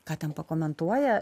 ką ten pakomentuoja